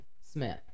Smith